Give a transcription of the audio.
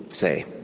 say.